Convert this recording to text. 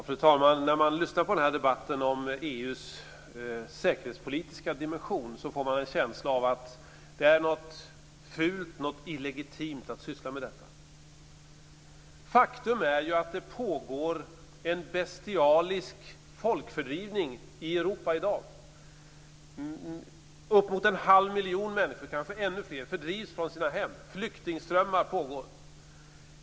Fru talman! När man lyssnar på debatten om EU:s säkerhetspolitiska dimension får man en känsla av att det är fult och illegitimt att syssla med den. Faktum är att det pågår en bestialisk folkfördrivning i Europa i dag. Uppemot en halv miljon människor, kanske ännu fler, fördrivs från sina hem. Flyktingströmmar rör sig.